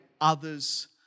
others